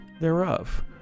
thereof